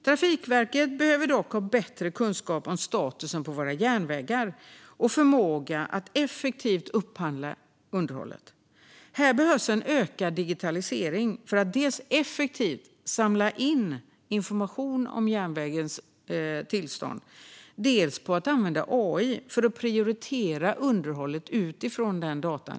Trafikverket behöver dock ha bättre kunskap om statusen på våra järnvägar och förmåga att effektivt upphandla underhållet. Här behövs en ökad digitalisering, dels för att effektivt samla in information om järnvägens tillstånd, dels för att använda AI för att prioritera underhållet utifrån dessa data.